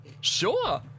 Sure